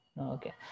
Okay